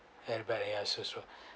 ya it's true